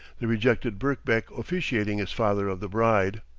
the rejected birkbeck officiating as father of the bride.